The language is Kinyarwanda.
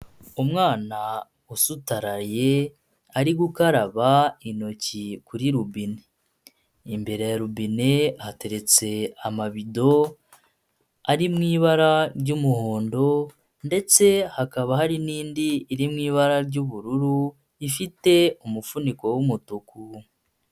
Umwana usutaraye ari gukaraba intoki kuri rubine. Imbere ya rubine hateretse amabido ari mu ibara ry'umuhondo, ndetse hakaba hari n'indi iri mu ibara ry'ubururu, ifite umufuniko w'umutuku.